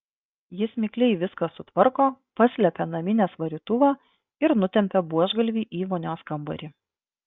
jis mikliai viską sutvarko paslepia naminės varytuvą ir nutempia buožgalvį į vonios kambarį